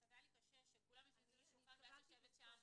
כי קצת היה לי קשה שכולם יושבים סביב השולחן ואת יושבת שם.